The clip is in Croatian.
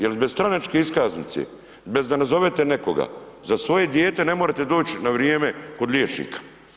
Jer bez stranačke iskaznice, bez da nazovete nekoga za svoje dijete ne morete doć na vrijeme kod liječnika.